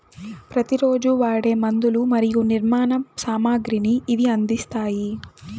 ప్రతి రోజు వాడే మందులు మరియు నిర్మాణ సామాగ్రిని ఇవి అందిస్తాయి